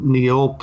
Neil